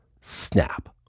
snap